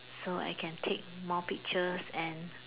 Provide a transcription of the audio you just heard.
so I can take more pictures and